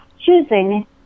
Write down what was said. choosing